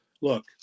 Look